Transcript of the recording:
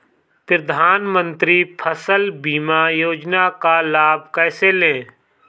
प्रधानमंत्री फसल बीमा योजना का लाभ कैसे लें?